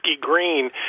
Green